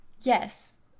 Yes